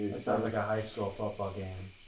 it sounds like a high school football game.